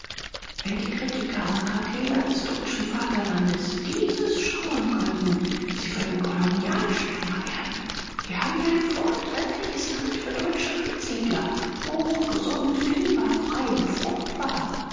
wenn die kritiker und krakehler des deutschen vaterlandes dieses schauen könnten sie würden kolonialschwärmer werden hier haben wir ein vortreffliches land für deutsche ansiedler hoch gesund fieberfrei und fruchtbar